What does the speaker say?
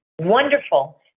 wonderful